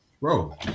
bro